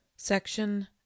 section